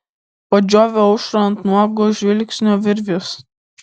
padžioviau aušrą ant nuogo žvilgsnio virvės